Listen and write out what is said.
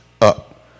up